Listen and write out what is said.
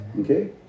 okay